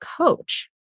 coach